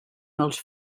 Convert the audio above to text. els